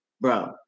bro